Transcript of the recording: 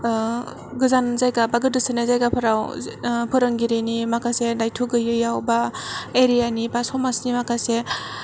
गोजान जायगा बा गोदोसोनाय जायगाफोराव फोरोंगिरिनि माखासे दायथ' गैयैआव बा एरिया नि बा समाजनि माखासे